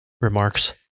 remarks